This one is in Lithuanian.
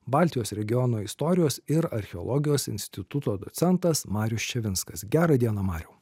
baltijos regiono istorijos ir archeologijos instituto docentas marius ščavinskas gera diena mariau